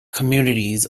communities